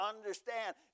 understand